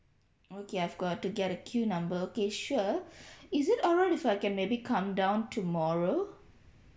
okay I've got to get a queue number okay sure is it alright if I can maybe come down tomorrow